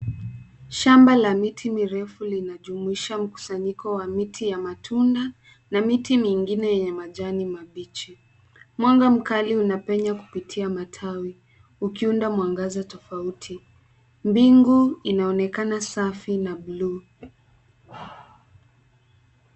Shamba la miti mirefu linajumuisha mkusanyiko wa miti ya matunda, na miti mingine yenye majani mabichi. Mwanga mkali unapenya kupitia matawi ukiunda mwangaza tofauti. Mbingu inaonekana safi na buluu.